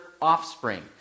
offspring